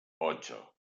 ocho